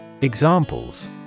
Examples